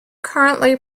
currently